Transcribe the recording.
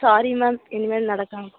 sorry ma'am இனிமேல் நடக்காமல்